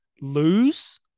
lose